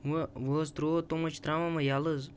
وۄنۍ وۄنۍ حظ ترٛوو تِم حظ چھِ ترٛاوان وۄنۍ یَلہٕ حظ